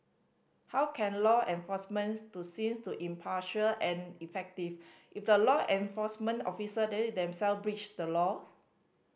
how can law enforcement to seen to impartial and effective if law enforcement officer them self breach the laws